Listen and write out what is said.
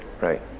Right